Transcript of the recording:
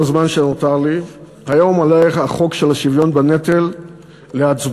בזמן שנותר לי: היום עולה החוק של השוויון בנטל להצבעה.